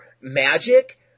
magic